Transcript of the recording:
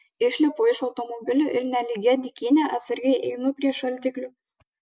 išlipu iš automobilio ir nelygia dykyne atsargiai einu prie šaldiklio